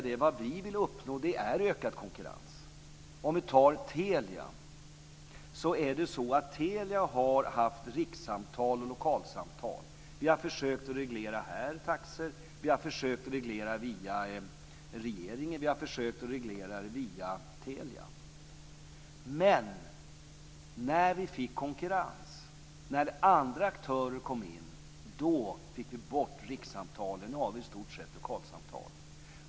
Det som vi vill uppnå är ökad konkurrens. Telia har haft rikssamtal och lokalsamtal. Vi har försökt att reglera taxor här, vi har försökt reglera dem via regeringen och vi har försökt reglera via Telia. Men när vi fick konkurrens och när andra aktörer kom in - då fick vi bort rikssamtalen. Nu har vi i stort sett lokalsamtal.